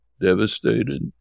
devastated